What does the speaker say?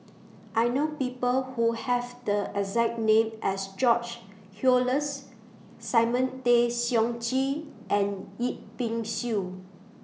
I know People Who Have The exact name as George Oehlers Simon Tay Seong Chee and Yip Pin Xiu